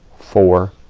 four,